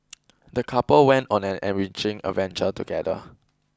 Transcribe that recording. the couple went on an enriching adventure together